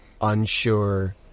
unsure